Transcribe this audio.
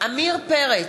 עמיר פרץ,